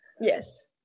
Yes